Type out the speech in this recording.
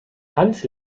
hans